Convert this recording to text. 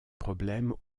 problèmes